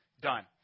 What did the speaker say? done